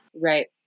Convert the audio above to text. Right